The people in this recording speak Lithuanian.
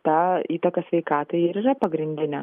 ta įtaka sveikatai ir yra pagrindinė